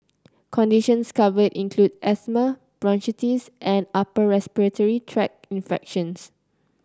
conditions covered include asthma bronchitis and upper respiratory tract infections